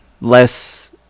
less